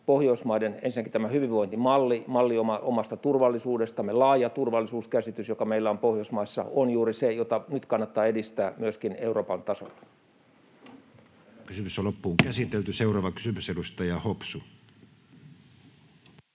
Pohjoismaiden hyvinvointimalli, malli omasta turvallisuudestamme, laaja turvallisuuskäsitys, joka meillä on Pohjoismaissa, on juuri se, jota nyt kannattaa edistää myöskin Euroopan tasolla. [Speech 91] Speaker: Matti Vanhanen Party: N/A Role: